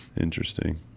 Interesting